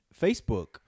facebook